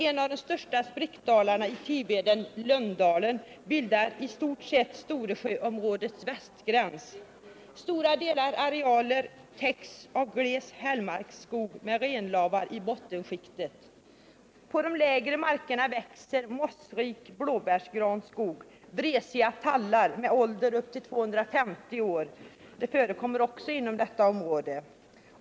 En av de största sprickdalarna i Tiveden, Lönndalen, bildar i stort sett Storesjöområdets västgräns. Stora arealer täcks av gles hällmarkstallskog med renlavar i bottenskiktet. På de lägre markerna växer mossrik blåbärsgranskog. Vresiga tallar med en ålder på upp till 250 år förekommer också inom detta område.